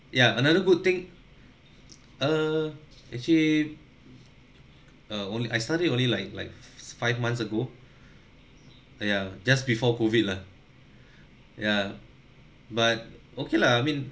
ya another good thing err actually uh only I started only like like five months ago ya just before COVID lah ya but okay lah I mean